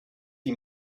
lui